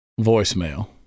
voicemail